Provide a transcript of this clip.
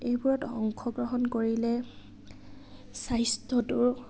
এইবোৰত অংশগ্ৰহণ কৰিলে স্বাস্থ্যটোৰ